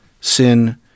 Sin